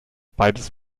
beides